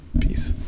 Peace